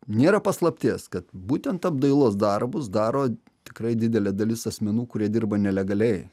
nėra paslapties kad būtent apdailos darbus daro tikrai didelė dalis asmenų kurie dirba nelegaliai